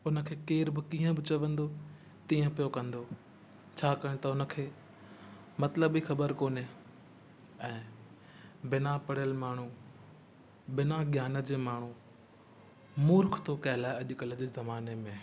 उनखे केरु बि कीअं बि चवंदो तीअं पियो कंदो छाकाणि त उनखे मतिलब ई ख़बर कोन्हे ऐं बिना पढ़ियलु माण्हूं बिना ज्ञान जे माण्हूं मूर्ख थो कहिलाए अॼकल्ह जे ज़माने में